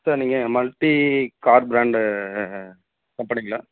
sir நீங்கள் multi car brand கம்பெனிங்களா